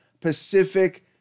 Pacific